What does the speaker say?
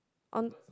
on